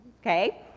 Okay